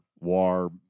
war